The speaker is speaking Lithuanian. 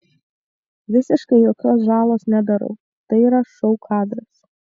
visiškai jokios žalos nedarau tai yra šou kadras